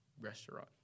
restaurant